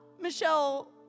michelle